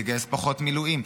תגייס פחות מילואים,